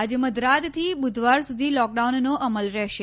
આજે મધરાતથી બુધવાર સુધી લોકડાઉનનો અમલ રહેશે